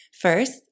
First